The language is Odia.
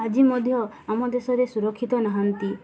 ଆଜି ମଧ୍ୟ ଆମ ଦେଶରେ ସୁରକ୍ଷିତ ନାହାନ୍ତି